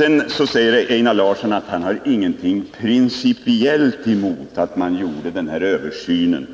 Einar Larsson säger att han inte har något principiellt emot översynen